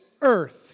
earth